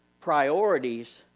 priorities